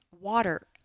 water